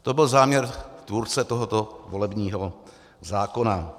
To byl záměr tvůrce tohoto volebního zákona.